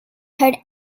from